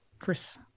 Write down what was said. Chris